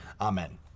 Amen